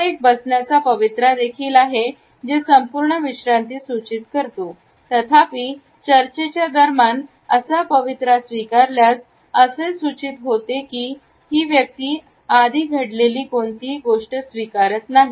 हा एक बसण्याचा पवित्रा देखील आहे जे संपूर्ण विश्रांती सूचित करते तथापि चर्चेच्या दरम्यान असा पवित्रा स्वीकारल्यास असे सूचित करते की ती व्यक्ती आधी घडलेली कोणतीही गोष्ट स्वीकारत नाही